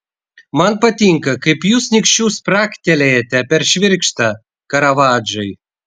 man patinka kaip jūs nykščiu spragtelėjate per švirkštą karavadžai